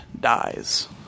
dies